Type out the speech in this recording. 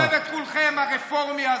מסובב את כולכם, הרפורמי הזה.